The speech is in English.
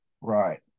Right